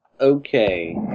Okay